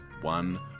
one